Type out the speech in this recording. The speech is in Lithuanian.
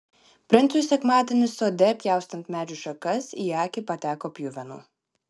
princui sekmadienį sode pjaustant medžių šakas į akį pateko pjuvenų